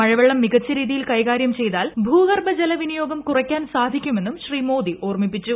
മഴവെള്ളം മികച്ച രീതിയിൽ കൈകാര്യം ചെയ്താൽ ഭൂഗർഭ ജല വിനിയോഗം കുറയ്ക്കാൻ സാധിക്കുമെന്നും ശ്രീ മോദി ഓർമ്മിപ്പിച്ചു